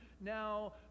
now